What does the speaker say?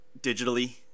digitally